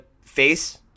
face